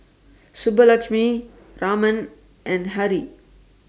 Subbulakshmi Raman and Hri